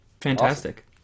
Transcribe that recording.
Fantastic